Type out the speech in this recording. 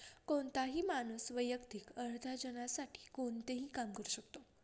कोणताही माणूस वैयक्तिक अर्थार्जनासाठी कोणतेही काम करू शकतो